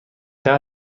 شهر